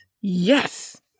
Yes